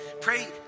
Pray